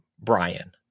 Brian